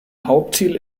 hauptziel